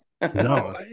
No